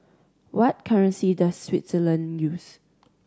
what currency does Switzerland use